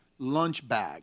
lunchbag